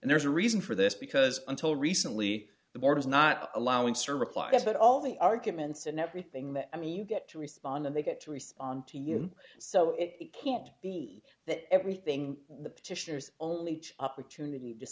and there's a reason for this because until recently the board is not allowing service like this but all the arguments and everything that i mean you get to respond and they get to respond to you so it can't be that everything the petitioners only opportunity